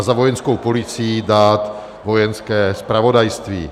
Za Vojenskou policii dát Vojenské zpravodajství.